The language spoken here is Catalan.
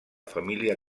família